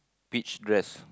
peach dress